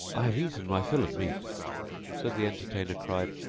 i have eaten my fill of meat so the entertainer cried,